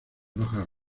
hojas